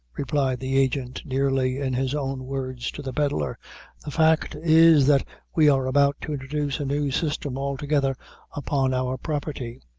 replied the agent, nearly in his own words to the pedlar the fact is, that we are about to introduce a new system altogether upon our property.